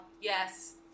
Yes